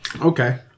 Okay